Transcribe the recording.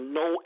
no